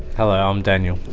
hello, i'm daniel.